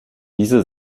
diese